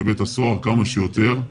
לבית הסוהר כמה שיותר.